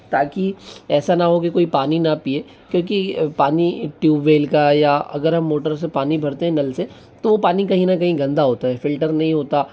ताकि ऐसा ना हो कि कोई पानी ना पिए क्योंकि पानी ट्यूबवेल का या अगर हम मोटर से पानी भरते हैं नल से तो पानी कहीं ना कहीं गंदा होता है फिल्टर नहीं होता